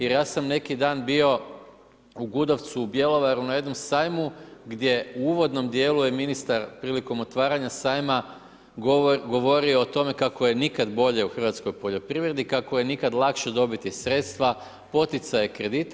Jer ja sam neki dan bio u Gudovcu u Bjelovaru na jednom sajmu gdje u uvodnom dijelu je ministar prilikom otvaranja sajma govorio o tome kako je nikad bolje u hrvatskoj poljoprivredi, kako je nikad lakše dobiti sredstva, poticaje kredite.